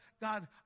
God